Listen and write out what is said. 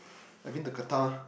I been to Qatar